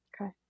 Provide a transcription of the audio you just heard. Okay